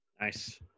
Nice